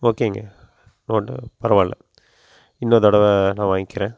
ஓகேங்க ஒன்னும் பரவாயில்ல இன்னொருதடவை நான் வாங்கிக்கிறேன்